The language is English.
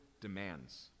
demands